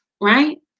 right